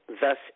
thus